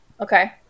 Okay